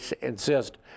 insist